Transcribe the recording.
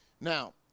Now